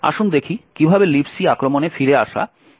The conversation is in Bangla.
আসুন দেখি কীভাবে Libc আক্রমণে ফিরে আসা আসলে কাজ করে